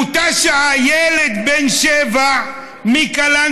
באותה שעה ילד בן שבע מקלנסווה,